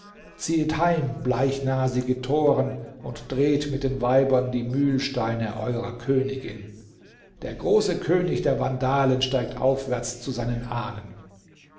zieht heim bleichnasige toren und dreht mit den weibern die mühlsteine eurer königin der große könig der vandalen steigt aufwärts zu seinen ahnen